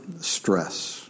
stress